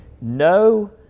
no